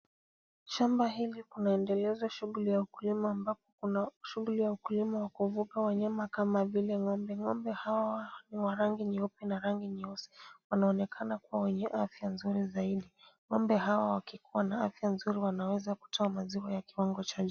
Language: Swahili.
Shamba hili kunaendelezwa shughuli ya ukulima ambapo kuna shughuli ya ukulima wa kufuga wanyama kama vile ng'ombe. Ng'ombe hawa ni wa rangi nyeupe na rangi nyeusi, wanaonekana kuwa wenye afya nzuri zaidi. Ng'ombe hawa wana afya nzuri wanaweza kutoa maziwa ya kiwango cha juu.